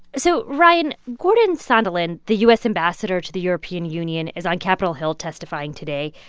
so, ryan, gordon sondland, the u s. ambassador to the european union, is on capitol hill testifying today.